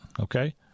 okay